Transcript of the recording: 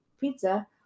pizza